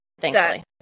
Thankfully